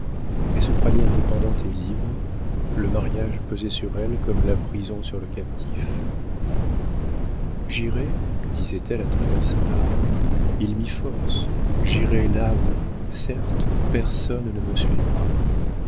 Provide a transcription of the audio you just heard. elle se croyait indépendante et libre le mariage pesait sur elle comme la prison sur le captif j'irai disait-elle à travers ses larmes il m'y force j'irai là où certes personne ne me suivra